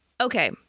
Okay